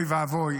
אוי ואבוי,